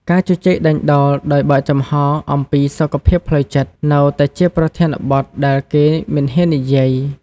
ការជជែកដេញដោលដោយបើកចំហអំពីសុខភាពផ្លូវចិត្តនៅតែជាប្រធានបទដែលគេមិនហ៊ាននិយាយ។